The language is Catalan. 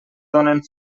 donen